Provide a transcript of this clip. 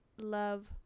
love